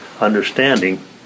understanding